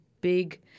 big